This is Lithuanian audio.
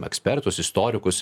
ekspertus istorikus